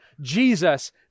Jesus